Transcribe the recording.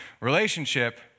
relationship